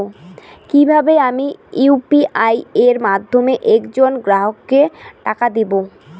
কিভাবে আমি ইউ.পি.আই এর মাধ্যমে এক জন গ্রাহককে টাকা দেবো?